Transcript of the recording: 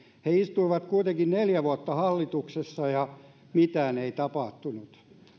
he istuivat kuitenkin neljä vuotta hallituksessa ja mitään ei tapahtunut